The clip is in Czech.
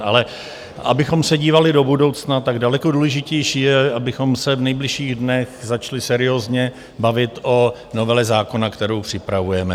Ale abychom se dívali do budoucna, daleko důležitější je, abychom se v nejbližších dnech začali seriózně bavit o novele zákona, kterou připravujeme.